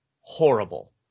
horrible